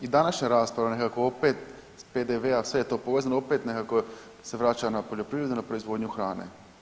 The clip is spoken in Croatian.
I današnja rasprava nekako opet s PDV-a sve je to povezano, opet nekako se vraća na poljoprivredu, na proizvodnju hrane.